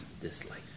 Dislike